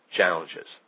challenges